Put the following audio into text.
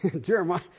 Jeremiah